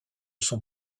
son